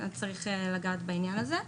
צריך לגעת בעניין הזה.